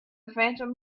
phantom